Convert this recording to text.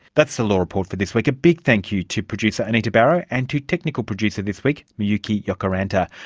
that's the law report for this week. a big thank you to producer anita barraud and to technical producer this week, miyuki jokiranta.